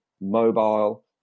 mobile